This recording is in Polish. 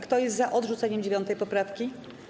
Kto jest za odrzuceniem 9. poprawki?